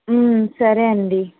సరే అండి